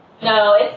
no